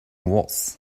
was